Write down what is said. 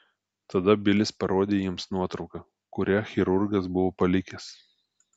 tada bilis parodė jiems nuotrauką kurią chirurgas buvo palikęs